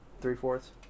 three-fourths